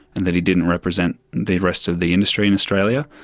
and that he didn't represent the rest of the industry in australia.